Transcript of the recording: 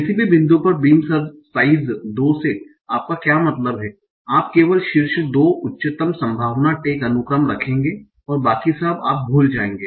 किसी भी बिंदु पर बीम साइज़ 2 से आपका क्या मतलब है आप केवल शीर्ष दो उच्चतम संभावना टैग अनुक्रम रखेंगे और बाकी सब आप भूल जाएंगे